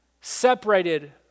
separated